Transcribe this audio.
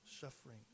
suffering